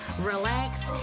relax